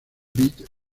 beat